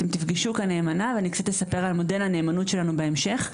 אתם תפגשו כאן נאמנה ואני גם קצת אספר על מודל הנאמנות שלנו בהמשך,